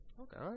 Okay